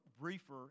briefer